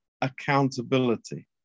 accountability